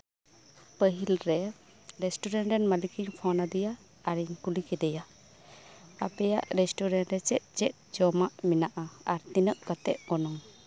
ᱯᱟᱹᱦᱤᱞᱨᱮ restaurant ᱨᱮᱱ ᱢᱟᱹᱞᱤᱠ ᱤᱧ ᱯᱷᱳᱱ ᱟᱫᱮᱭᱟ ᱟᱨᱤᱧ ᱠᱩᱞᱤ ᱠᱮᱫᱮᱭᱟ ᱟᱯᱮᱭᱟᱜ ᱨᱮᱥᱴᱩᱨᱮᱱᱴ ᱨᱮ ᱪᱮᱫ ᱪᱮᱫ ᱡᱚᱢᱟᱜ ᱢᱮᱱᱟᱜ ᱼᱟ ᱛᱤᱱᱟᱹᱜ ᱠᱟᱛᱮᱫ ᱜᱚᱱᱚᱝ